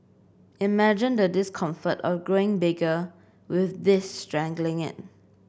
imagine the discomfort of growing bigger with this strangling it